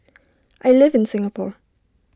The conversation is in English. I live in Singapore